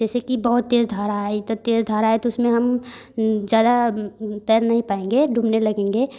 जैसे की बहुत तेज़ धार आ रही है तो तेज़ धार आ रही तो उसमें हम ज़रा तैर नहीं पाएँगे तो डूबने लगेंगे